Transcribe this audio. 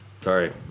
Sorry